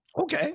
Okay